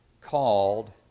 called